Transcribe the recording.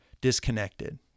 disconnected